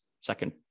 second